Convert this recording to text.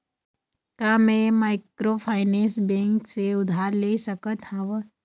का मैं microfinance bank से उधार ले सकत हावे?